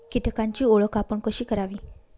कीटकांची ओळख आपण कशी करावी?